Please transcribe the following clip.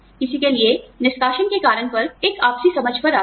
किसी के लिए निष्कासन के कारण पर एक आपसी समझ पर आते हैं